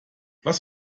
was